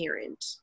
parent